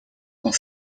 quand